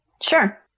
Sure